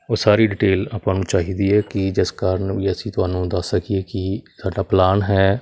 ਉਹ ਸਾਰੀ ਡਿਟੇਲ ਆਪਾਂ ਨੂੰ ਚਾਹੀਦੀ ਹੈ ਕਿ ਜਿਸ ਕਾਰਨ ਵੀ ਅਸੀਂ ਤੁਹਾਨੂੰ ਦੱਸ ਸਕੀਏ ਕਿ ਸਾਡਾ ਪਲਾਨ ਹੈ